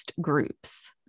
groups